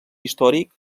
històric